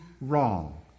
wrong